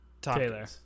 Taylor